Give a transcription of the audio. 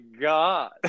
God